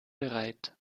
bereit